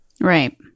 right